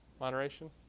Moderation